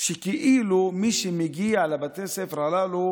שכאילו מי שמגיע לבתי הספר הללו